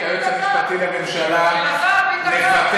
ואת היועץ המשפטי לממשלה נפטר,